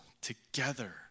together